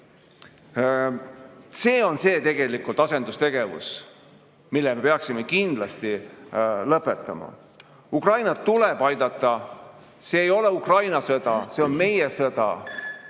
on tegelikult see, mille me peaksime kindlasti lõpetama. Ukrainat tuleb aidata. See ei ole Ukraina sõda, see on meie sõda.